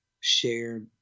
share